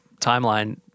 timeline